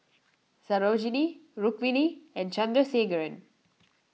Sarojini Rukmini and Chandrasekaran